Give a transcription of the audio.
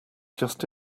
just